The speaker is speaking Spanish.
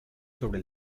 sobre